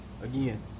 Again